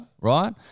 right